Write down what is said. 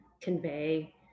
convey